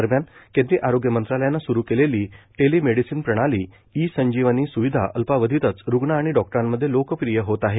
दरम्यान केंद्रीय आरोग्य मंत्रालयानं सुरू केलेली टेलिमेडिसीन प्रणाली ई संजीवनी स्विधा अल्पावधीतच रुग्ण आणि डॉक्टरांमध्ये लोकप्रिय होत आहे